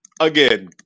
Again